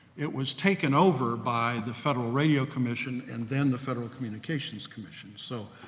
it was taken over by the federal radio commission and then the federal communications commission. so,